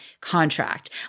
contract